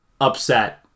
upset